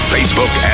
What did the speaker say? Facebook